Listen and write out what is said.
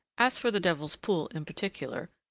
as for the devil's pool in particular,